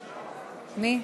רגע, רגע, מי?